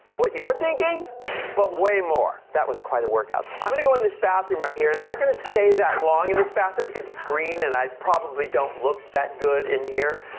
what you're thinking but way more. that was quite a workout. i'm gonna go in this bathroom right here. i'm and not gonna stay that long in this bathroom because it's green and i probably don't look that good in here.